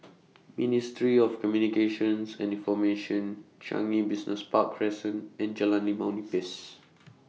Ministry of Communications and Information Changi Business Park Crescent and Jalan Limau Nipis